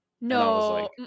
No